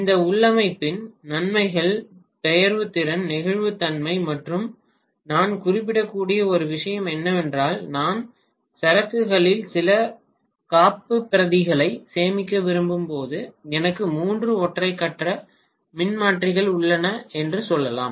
இந்த உள்ளமைவின் நன்மைகள் பெயர்வுத்திறன் நெகிழ்வுத்தன்மை மற்றும் நான் குறிப்பிடக்கூடிய ஒரு விஷயம் என்னவென்றால் நான் சரக்குகளில் சில காப்புப்பிரதிகளை சேமிக்க விரும்பும் போது எனக்கு மூன்று ஒற்றை கட்ட மின்மாற்றிகள் உள்ளன என்று சொல்லலாம்